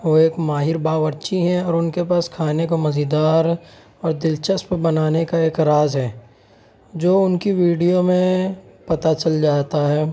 وہ ایک ماہر باورچی ہیں اور ان کے پاس کھانے کو مزیدار اور دلچسپ بنانے کا ایک راز ہے جو ان کی ویڈیو میں پتا چل جاتا ہے